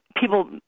people